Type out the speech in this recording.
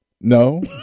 No